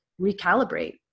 recalibrate